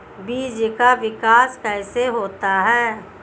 बीज का विकास कैसे होता है?